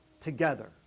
together